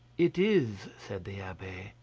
it is, said the abbe,